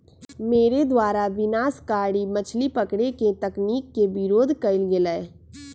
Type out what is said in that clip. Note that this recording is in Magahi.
मेरे द्वारा विनाशकारी मछली पकड़े के तकनीक के विरोध कइल गेलय